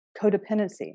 codependency